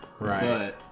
Right